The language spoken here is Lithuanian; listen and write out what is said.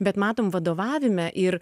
bet matom vadovavime ir